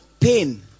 pain